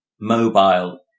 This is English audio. mobile